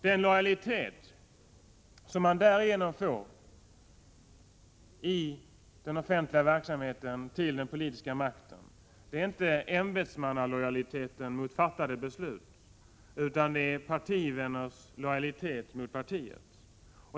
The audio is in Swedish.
Den lojalitet som man därigenom får i den offentliga verksamheten knuten till den politiska makten är inte ämbetsmannalojaliteten mot fattade beslut, utan det är partivänners lojalitet mot partiet.